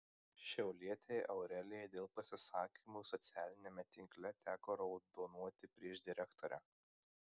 šiaulietei aurelijai dėl pasisakymų socialiniame tinkle teko raudonuoti prieš direktorę